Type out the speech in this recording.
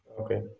Okay